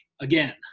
again